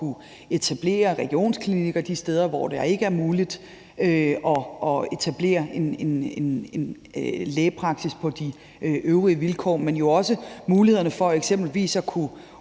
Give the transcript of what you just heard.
at kunne etablere regionsklinikker de steder, hvor det ikke er muligt at etablere en lægepraksis på de øvrige vilkår, men jo også muligheder for eksempelvis at kunne